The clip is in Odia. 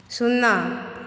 ଶୂନ